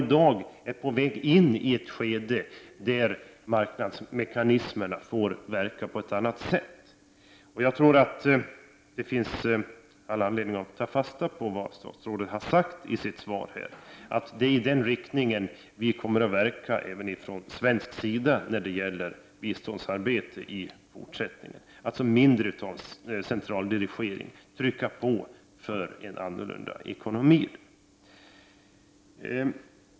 I dag är man på väg in i ett skede där marknadsmekanismerna får verka på ett helt annat sätt. Jag tror att det finns anledning att ta fasta på vad statsrådet i sitt svar sagt om att det är i den riktningen vi kommer att verka även från svensk sida i vårt fortsatta biståndsarbete. Vi skall trycka på för att åstadkomma ett annat slags ekonomi med mindre av centraldirigering.